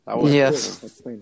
Yes